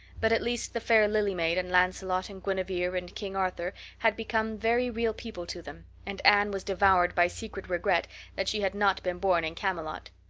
but at least the fair lily maid and lancelot and guinevere and king arthur had become very real people to them, and anne was devoured by secret regret that she had not been born in camelot.